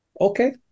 Okay